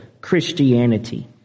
Christianity